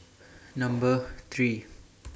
Number three